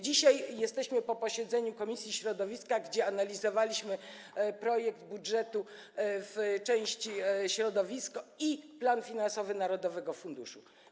Dzisiaj jesteśmy po posiedzeniu komisji środowiska, gdzie analizowaliśmy projekt budżetu w części: Środowisko i plan finansowy narodowego funduszu.